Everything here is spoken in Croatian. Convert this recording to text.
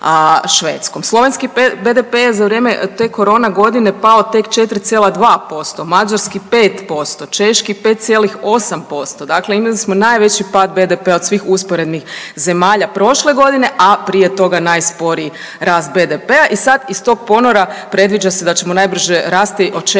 Slovenski BDP je za vrijeme te korona godine pao tek 4,2%, mađarski 5%, čaški 5,8%, dakle imali smo najveći pad BDP-a od svih usporednih zemalja prošle godine a prije toga najsporiji rast BDP-a i sad iz tog ponora predviđa se da ćemo najbrže rasti.